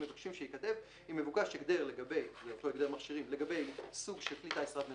מבקשים גם שייכתב "אם מבוקש הגדר מכשירים לגבי סוג של כלי טיס רב מנועי,